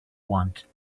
want